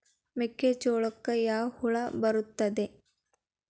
ಮೆಕ್ಕೆಜೋಳಕ್ಕೆ ಯಾವ ಹುಳ ಬರುತ್ತದೆ?